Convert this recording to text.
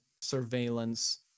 surveillance